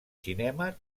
cinema